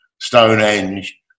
Stonehenge